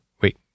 Wait